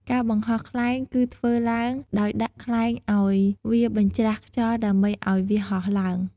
ការបង្ហោះខ្លែងគឺធ្វើឡើងដោយដាក់ខ្លែងអោយវាបញ្រាស់ខ្យល់ដើម្បីអោយវាហោះឡើង។